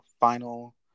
final